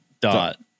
dot